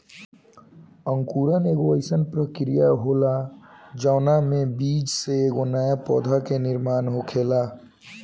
अंकुरण एगो आइसन प्रक्रिया होला जवना में बीज से एगो नया पौधा के निर्माण होखेला